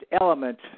element –